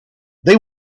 they